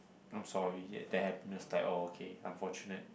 I'm sorry ya they had just like oh okay unfortunate